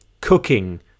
cooking